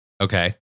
Okay